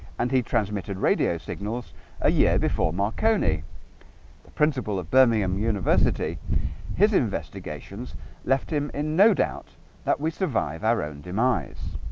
and he transmitted radio signals a year before marconi the principal of birmingham university his investigations left him in no doubt that survived our own demise